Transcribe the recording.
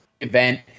event